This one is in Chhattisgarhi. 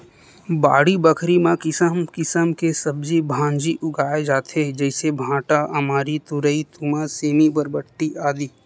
बाड़ी बखरी म किसम किसम के सब्जी भांजी उगाय जाथे जइसे भांटा, अमारी, तोरई, तुमा, सेमी, बरबट्टी, आदि